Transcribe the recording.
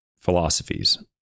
philosophies